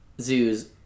zoos